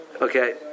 Okay